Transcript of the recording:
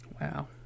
Wow